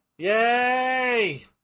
Yay